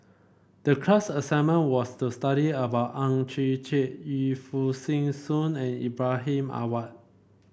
the class assignment was to study about Ang Chwee Chai Yu Foo Yee Shoon and Ibrahim Awang